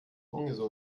ungesund